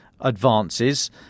advances